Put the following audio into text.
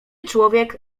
człowiek